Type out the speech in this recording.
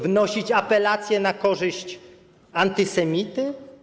Wnieść apelację na korzyść antysemity.